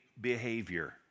behavior